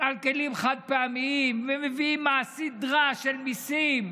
על כלים חד-פעמיים, ומביאים סדרה של מיסים,